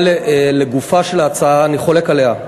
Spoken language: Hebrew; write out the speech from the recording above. אבל לגופה של ההצעה, אני חולק עליה.